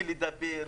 ולדבר,